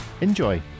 Enjoy